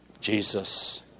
Jesus